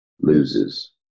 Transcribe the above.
loses